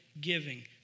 giving